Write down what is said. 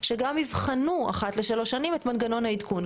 שגם יבחנו אחת לשלוש שנים את מנגנון העדכון.